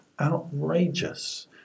outrageous